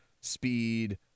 speed